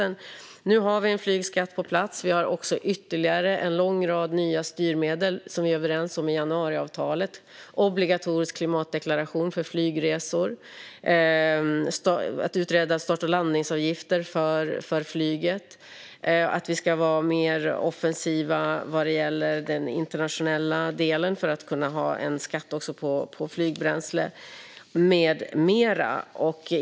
Nu har vi en flygskatt på plats. Vi har också ytterligare en lång rad nya styrmedel i januariavtalet som vi är överens om: obligatorisk klimatdeklaration för flygresor, att utreda start och landningsavgifter för flyget, att vara mer offensiva när det gäller den internationella delen för att kunna ha en skatt också på flygbränsle med mera.